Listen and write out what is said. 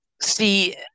See